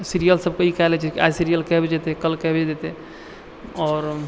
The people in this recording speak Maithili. सीरीयल सबके ई कए लै छै आइ सीरीयल कए बजे देतै कल कए बजे देतै आओर